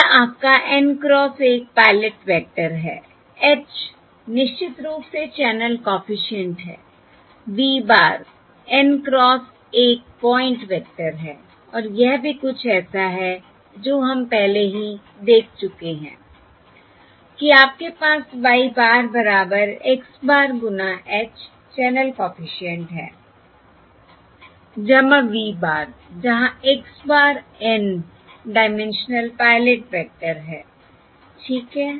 यह आपका N cross 1 pilot vector है h निश्चित रूप से चैनल कॉफिशिएंट है v bar N cross 1 point vector है और यह भी कुछ ऐसा है जो हम पहले ही देख चुके हैं कि आपके पास y bar बराबर x bar गुना h चैनल कॉफिशिएंट है v bar जहां x bar N dimensional pilot vector है ठीक है